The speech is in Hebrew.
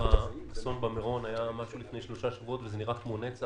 האסון במירון היה לפני שלושה שבועות וזה נראה כמו נצח.